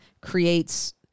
creates